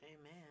Amen